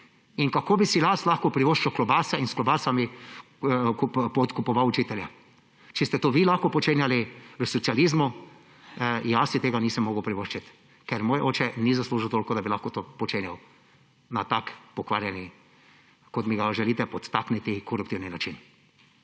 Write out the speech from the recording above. Kako bi si lahko privoščil klobase in s klobasami podkupoval učitelje? Če ste to vi lahko počenjali v socializmu, jaz si tega nisem mogel privoščiti, ker moj oče ni zaslužil toliko, da bi lahko to počenjal na tak pokvarjen, koruptiven način,